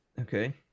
okay